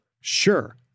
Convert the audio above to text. Sure